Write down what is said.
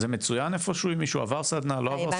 זה מצוין איפשהו אם מישהו עבר סדנה/ לא עבר סדנה?